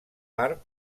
part